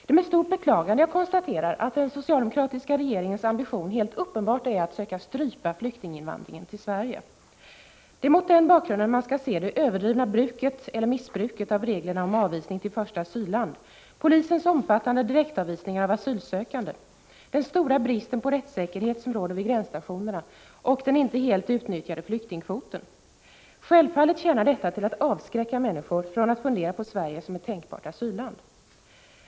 Det är med stort beklagande jag konstaterar att den socialdemokratiska regeringens ambition helt uppenbart är att söka strypa flyktinginvandringen till Sverige. Det är mot den bakgrunden man skall se det överdrivna bruket eller missbruket av reglerna om avvisning till första asylland, polisens omfattande direktavvisningar av asylsökande, den stora bristen på rättssäkerhet som råder vid gränsstationerna och den inte helt utnyttjade flyktingkvoten. Självfallet tjänar detta till att avskräcka människor från att fundera på Sverige som ett tänkbart asylland.